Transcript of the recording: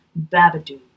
Babadook